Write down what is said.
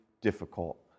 difficult